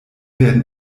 werden